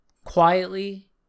quietly